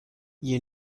you